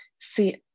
See